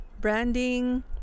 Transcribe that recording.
branding